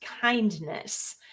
kindness